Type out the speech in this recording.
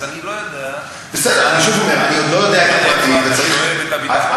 אז אני לא יודע מאיפה אתה שואב את הביטחון הזה,